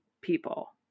people